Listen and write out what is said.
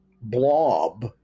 blob